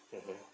mmhmm